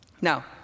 Now